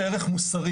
הם ערך מוסרי.